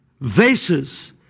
vases